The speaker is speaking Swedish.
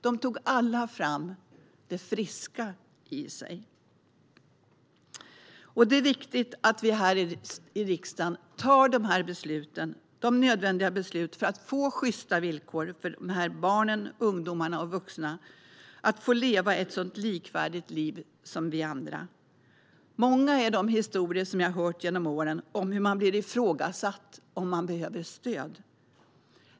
Alla tre tog fram det friska som de hade inom sig. Det är viktigt att vi här i riksdagen fattar de nödvändiga besluten för att få sjysta villkor för dessa barn, ungdomar och vuxna att få leva ett så likvärdigt liv som vi andra. Många är de historier jag har fått höra genom åren om hur man blir ifrågasatt då man behöver stöd.